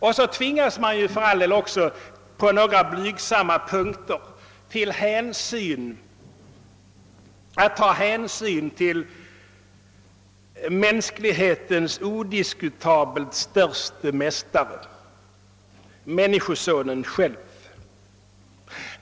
Och så tvingas man för all del också på några blygsamma punkter att ta hänsyn till mänsklighetens odiskutabelt störste Mästare — Människosonen själv.